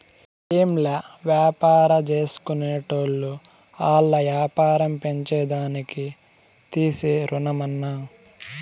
ఏంలా, వ్యాపారాల్జేసుకునేటోళ్లు ఆల్ల యాపారం పెంచేదానికి తీసే రుణమన్నా